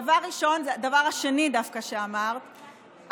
דבר שני שאמרת,